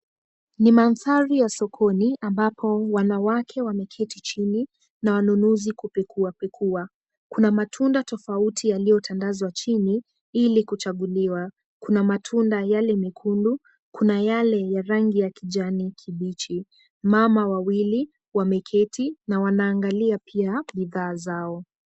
Ni mandhari ya sokoni ambapo wanawake wameketi chini na wanunuzi kupekua pekua. Kuna matunda tofauti yaliyotandazwa chini, ili kuchaguliwa. Kuna matunda yale mekundu, kuna yale ya rangi ya kijani kibichi. Mama wawili wameketi, na wanaangalia pia bidhaa zao.